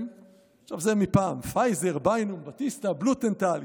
אין פסטיגל השנה.